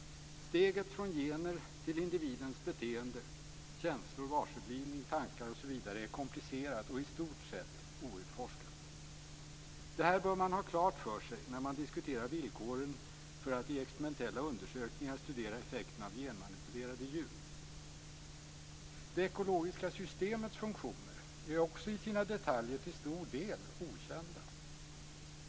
Steget från gener till individens beteende, känslor, varseblivning, tankar osv. är komplicerat och i stort sett outforskat. Det här bör man ha klart för sig när man diskuterar villkoren för att i experimentella undersökningar studera effekten av genmanipulerade djur. Det ekologiska systemets funktioner är också i sina detaljer till stor del okända.